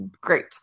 great